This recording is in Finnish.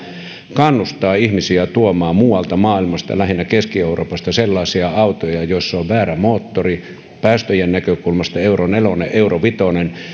kannustaa ihmisiä tuomaan muualta maailmasta lähinnä keski euroopasta sellaisia autoja joissa on väärä moottori päästöjen näkökulmasta euro nelonen euro vitonen